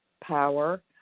power